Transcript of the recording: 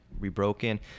rebroken